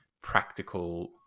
practical